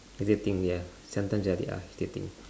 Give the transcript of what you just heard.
irritating ya sometimes you have ya irritating